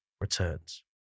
returns